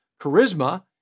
charisma